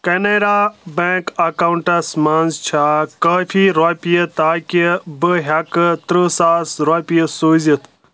Canara bank accounts منٛز چھا کٲفی رۄپیہِ تاکہِ بہٕ ہٮ۪کہٕ ترٕٛہ ساس رۄپیہِ سوٗزِتھ